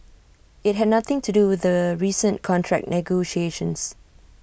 IT had nothing to do with the recent contract negotiations